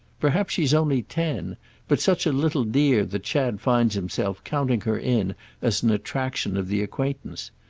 perhaps she's only ten but such a little dear that chad finds himself counting her in as an attraction of the acquaintance.